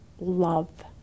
love